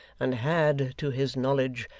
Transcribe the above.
and had, to his knowledge,